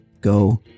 go